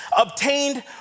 obtained